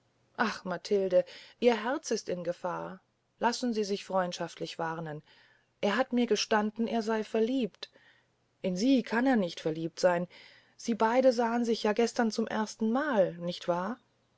ach matilde ihr herz ist in gefahr lassen sie sich freundschaftlich warnen er hat mir gestanden er sey verliebt in sie kann er nicht verliebt seyn sie beyde sahn sich ja gestern zum erstenmal nicht wahr